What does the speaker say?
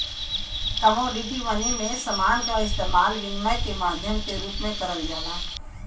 commodity money में समान क इस्तेमाल विनिमय के माध्यम के रूप में करल जाला